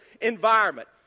environment